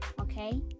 okay